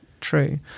true